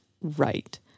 right